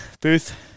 Booth